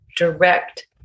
direct